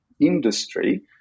industry